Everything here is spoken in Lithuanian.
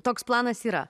toks planas yra